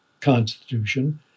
Constitution